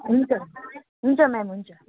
हुन्छ हुन्छ म्याम हुन्छ